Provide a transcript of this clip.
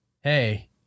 hey